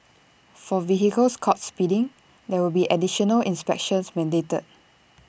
for vehicles caught speeding there will be additional inspections mandated